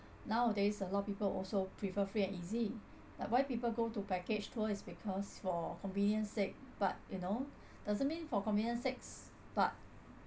nowadays a lot of people also prefer free and easy like why people go to package tour is because for convenience sake but you know doesn't mean for convenient sakes but